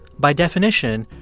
by definition,